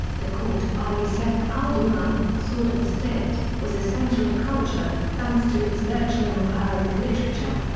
the court of ali saif al-daula, sword of the state was a center of culture, thanks to its nurturing of arabic literature.